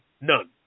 None